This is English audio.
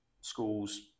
schools